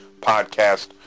podcast